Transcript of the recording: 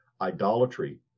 idolatry